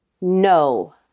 No